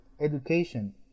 education